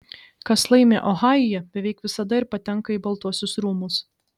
kas laimi ohajuje beveik visada ir patenka į baltuosius rūmus